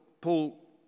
Paul